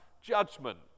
judgment